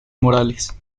morales